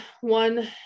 one